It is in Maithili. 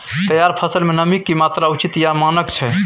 तैयार फसल में नमी के की मात्रा उचित या मानक छै?